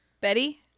Betty